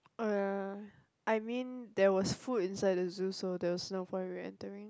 uh I mean there was food inside the zoo so there was no point reentering